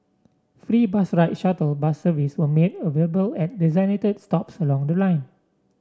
free bus rides shuttle bus service were made available at designated stops along the line